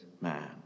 man